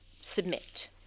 submit